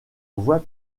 voie